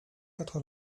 quatre